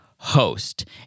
host